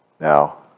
Now